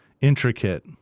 intricate